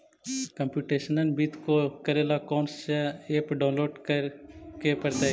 computational वित्त को करे ला कौन स ऐप डाउनलोड के परतई